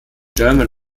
german